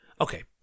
Okay